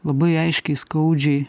labai aiškiai skaudžiai